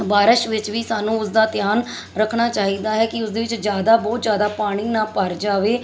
ਬਾਰਿਸ਼ ਵਿੱਚ ਵੀ ਸਾਨੂੰ ਉਸ ਦਾ ਧਿਆਨ ਰੱਖਣਾ ਚਾਹੀਦਾ ਹੈ ਕਿ ਉਸਦੇ ਵਿੱਚ ਜ਼ਿਆਦਾ ਬਹੁਤ ਜ਼ਿਆਦਾ ਪਾਣੀ ਨਾ ਭਰ ਜਾਵੇ